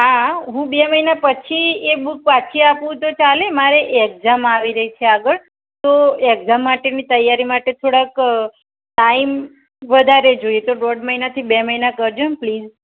હા હું બે મહિના પછી એ બૂક પાછી આપું તો ચાલે મારે એક્ઝામ આવી રહી છે આગળ તો એક્ઝામ માટેની તૈયારી માટે થોડાક ટાઈમ વધારે જોઈએ તો દોઢ મહિનાથી બે મહિના કરજોને પ્લીઝ